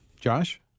Josh